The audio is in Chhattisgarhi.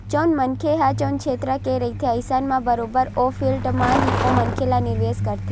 जउन मनखे ह जउन छेत्र के रहिथे अइसन म बरोबर ओ फील्ड म ही ओ मनखे ह निवेस करथे